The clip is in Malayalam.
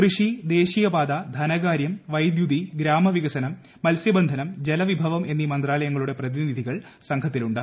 കൃഷി ദേശീയപാത ധനകാര്യം വൈദ്യുതി ഗ്രാമവികസനം മത്സ്യബന്ധനം ജലവിഭവം എന്നീ മന്ത്രാലയങ്ങളുടെ പ്രതിനിധികൾ സംഘത്തിലുണ്ട്